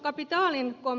herr talman